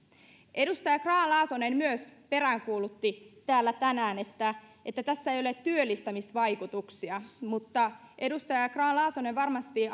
edustaja grahn laasonen myös peräänkuulutti täällä tänään että että tässä ei ole työllistämisvaikutuksia mutta edustaja grahn laasonen varmasti